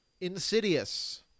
Insidious